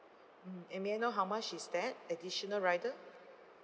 mm and may I know how much is that additional rider